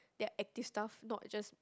ya active stuff not just